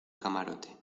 camarote